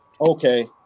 okay